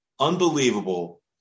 unbelievable